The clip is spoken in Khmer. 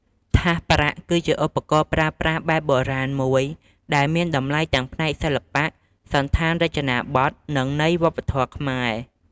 ថាសប្រាក់ គឺជាឧបករណ៍ប្រើប្រាស់បែបបុរាណមួយដែលមានតម្លៃទាំងផ្នែកសិល្បៈ សណ្ឋានរចនាបថ និងន័យវប្បធម៌ខ្មែរ។